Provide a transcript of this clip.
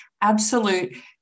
absolute